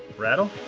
rattle?